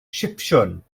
sipsiwn